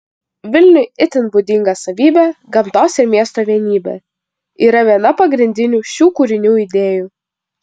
vilniui itin būdinga savybė gamtos ir miesto vienybė yra viena pagrindinių šių kūrinių idėjų